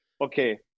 okay